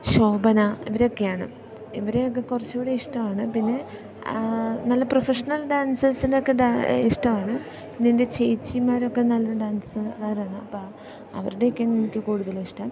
ശോഭന ഇവരൊക്കെയാണ് ഇവരെയൊക്കെ കുറച്ചുകൂടെ ഇഷ്ടമാണ് പിന്നെ നല്ല പ്രൊഫഷണൽ ഡാൻസേഴ്സിനൊക്കെ ഇഷ്ടമാണ് പിന്നെ എൻ്റെ ചേച്ചിമാരൊക്കെ നല്ല ഡാൻസ്കാരാണ് അപ്പം അവരുടെയൊക്കെയാണ് എനിക്ക് കൂടുതലിഷ്ടം